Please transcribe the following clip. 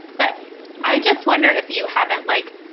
but i just wonder if you haven't, like,